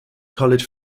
college